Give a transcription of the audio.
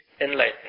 enlightenment